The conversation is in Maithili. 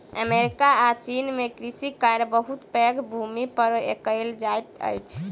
अमेरिका आ चीन में कृषि कार्य बहुत पैघ भूमि पर कएल जाइत अछि